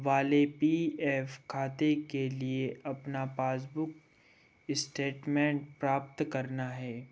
वाले P F खाते के लिये अपना पासबुक स्टेटमेंट प्राप्त करना है